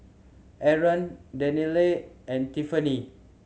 Aron Danielle and Tiffanie